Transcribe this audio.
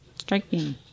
striking